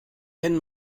wenn